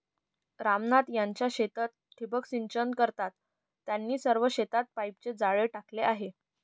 राम नाथ त्यांच्या शेतात ठिबक सिंचन करतात, त्यांनी सर्व शेतात पाईपचे जाळे टाकले आहे